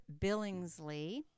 billingsley